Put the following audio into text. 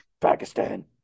Pakistan